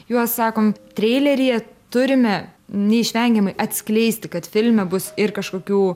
juos sakom treileryje turime neišvengiamai atskleisti kad filme bus ir kažkokių